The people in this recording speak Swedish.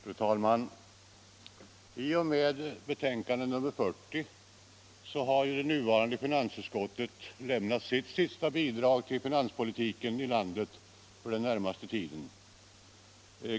Fru talman! I och med betänkande nr 40 har det nuvarande finansutskottet lämnat sitt sista bidrag till finanspolitiken i landet för den närmaste tiden.